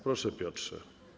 Proszę, Piotrze.